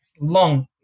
long